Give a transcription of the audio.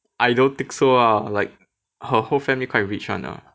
I don't think so lah like her whole family quite rich [one] lah